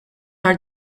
are